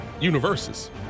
Universes